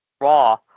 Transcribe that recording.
Raw